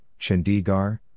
Chandigarh